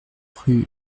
rue